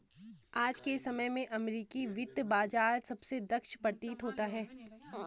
आज के समय में अमेरिकी वित्त बाजार सबसे दक्ष प्रतीत होता है